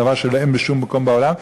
דבר שאין בשום מקום בעולם.